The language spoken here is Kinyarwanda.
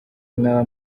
mwaba